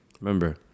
Remember